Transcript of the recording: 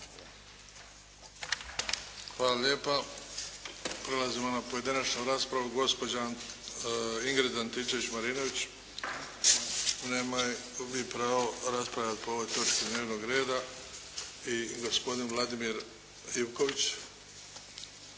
Hvala lijepa. Prelazimo na pojedinačnu raspravu. Gospođa Ingrid Antičević Marinović. Nema je. Gubi pravo rasprave po ovoj točki dnevnog reda. I gospodin Vladimir Ivković.